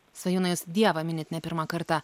svajūnai jūs dievą minit ne pirmą kartą